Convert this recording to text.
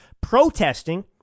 protesting